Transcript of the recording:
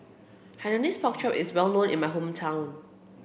Hainanese pork chop is well known in my hometown